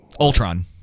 Ultron